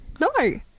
No